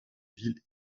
villes